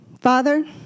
Father